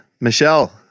Michelle